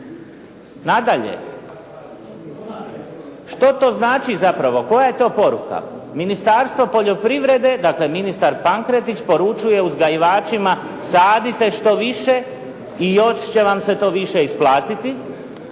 Nadalje, što to znači zapravo, koja je to poruka. Ministarstvo poljoprivrede, dakle ministar Pankretić poručuje uzgajivačima sadite što više i još će vam se to više isplatiti.